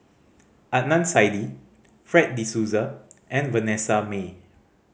Adnan Saidi Fred De Souza and Vanessa Mae